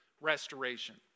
restoration